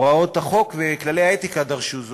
הוראות החוק וכללי האתיקה דרשו זאת,